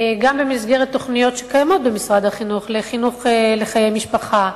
גם במסגרת תוכניות שקיימות במשרד החינוך לחינוך לחיי משפחה,